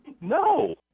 No